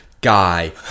guy